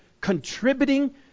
contributing